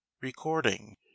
Recording